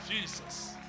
Jesus